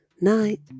Night